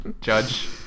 Judge